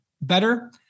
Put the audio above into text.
better